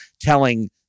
telling